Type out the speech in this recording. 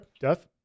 Death